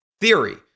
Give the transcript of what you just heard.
theory